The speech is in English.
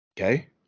Okay